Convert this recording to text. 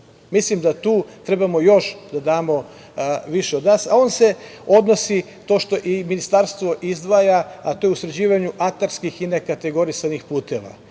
Mislim da tu trebamo još da damo više od sebe, a to se odnosi, to što Ministarstvo izdvaja, na sređivanje atarskih i nekategorisanih puteva.